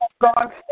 God